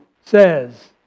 says